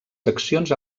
seccions